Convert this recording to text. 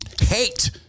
hate